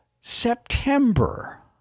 September